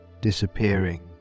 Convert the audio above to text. disappearing